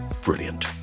brilliant